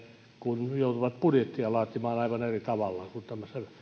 kun joutuvat budjettia laatimaan aivan eri tavalla kun tämmöinen